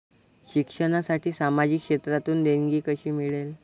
शिक्षणासाठी सामाजिक क्षेत्रातून देणगी कशी मिळेल?